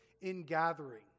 ingathering